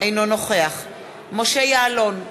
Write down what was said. אינו נוכח משה יעלון,